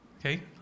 Okay